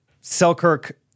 Selkirk